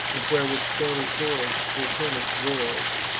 and where with shoaly fords vulturnus roars,